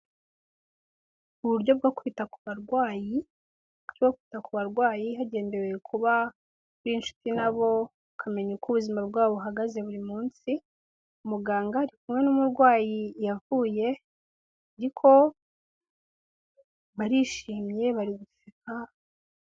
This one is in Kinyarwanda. Uburyo bwo kwita ku barwayi bwo kwita ku barwayi hagendewe kuba uri inshuti nabo ukamenya uko ubuzima bwabo buhagaze buri munsi, umuganga ari kumwe n'umurwayi yavuye ariko barishimye bari guseka.